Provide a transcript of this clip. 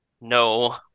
no